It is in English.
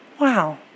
Wow